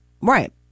Right